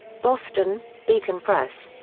boston beacon press.